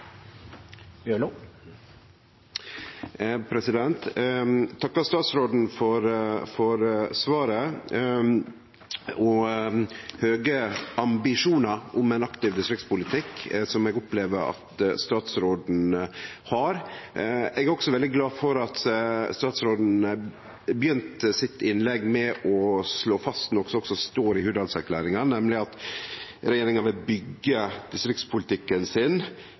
takkar statsråden for svaret og for høge ambisjonar om ein aktiv distriktspolitikk, som eg opplever at statsråden har. Eg er også veldig glad for at statsråden begynte sitt innlegg med å slå fast noko som også står i Hurdalsplattforma, nemleg at regjeringa vil byggje distriktspolitikken sin